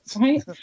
right